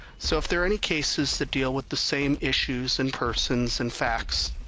so if there are any cases that deal with the same issues, and persons, and facts,